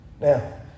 Now